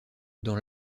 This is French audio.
dans